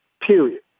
Period